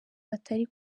batari